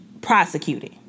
prosecuted